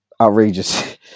outrageous